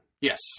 yes